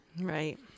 Right